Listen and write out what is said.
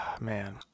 man